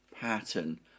pattern